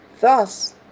thus